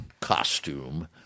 costume